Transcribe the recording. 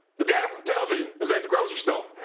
the guy from television is at the grocery store.